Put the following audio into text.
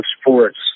sports